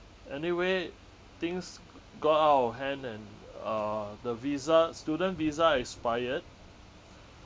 anyway things got out of hand and uh the visa student visa expired